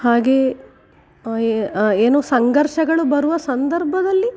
ಹಾಗೇ ಏನು ಸಂಘರ್ಷಗಳು ಬರುವ ಸಂದರ್ಭದಲ್ಲಿ